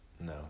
No